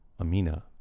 Amina